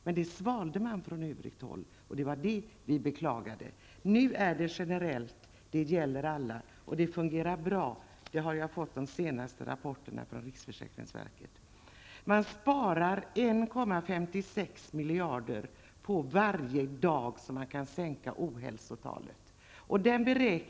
Men det svalde man från övrigt håll, och det var det vi beklagade oss över. Nu är det hela generellt och gäller alla, och det fungerar bra. Jag har fått de senaste rapporterna från riksförsäkringsverket. 1,56 miljarder sparas för varje dag som ohälsotalet kan sänkas.